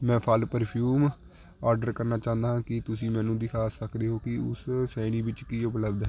ਮੈਂ ਫਲ perfume order ਕਰਨਾ ਚਾਹੁੰਦਾ ਹਾਂ ਕੀ ਤੁਸੀਂ ਮੈਨੂੰ ਦਿਖਾ ਸਕਦੇ ਹੋ ਕਿ ਉਸ ਸ਼੍ਰੇਣੀ ਵਿੱਚ ਕੀ ਉਪਲਬਧ ਹੈ